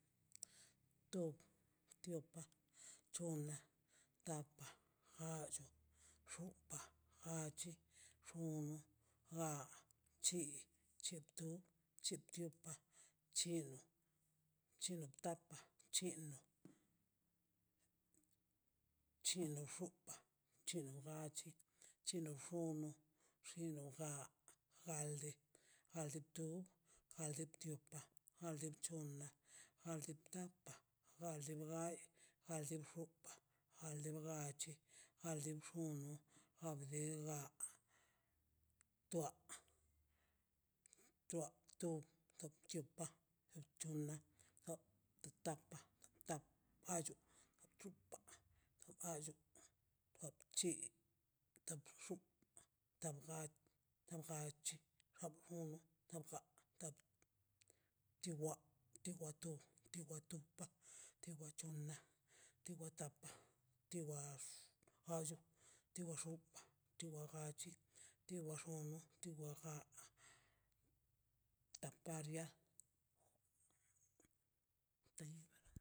To tiopa chona' tapa' gallo xopa' gachi xonu gaj chi cheptop cheotiopa chin chintapa chinn chuno xopa chino gache chino xono chino ga galdi galdi to galdi tiopa galdi chona' galdi tapa galdi gay galdi xopa' galdi gachi galdi bxona galdiga tuap tuao to tuaptiopa' tuap tapa' tuap gallo tuap chi tuap xu tuap ga tuao gachi tap guni bdua chiwate watuti watutap wati wachona tiwa tapa' tiwa gallo tiwa xopa' tiwa gachi tiwa xono' tiwa ga taparia